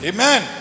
Amen